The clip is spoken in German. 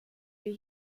wir